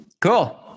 Cool